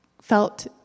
felt